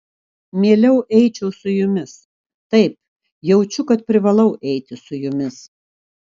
mieliau eičiau su jumis taip jaučiu kad privalau eiti su jumis